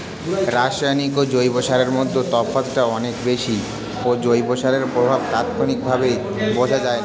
রাসায়নিক ও জৈব সারের মধ্যে তফাৎটা অনেক বেশি ও জৈব সারের প্রভাব তাৎক্ষণিকভাবে বোঝা যায়না